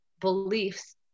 beliefs